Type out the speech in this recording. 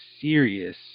serious